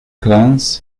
clans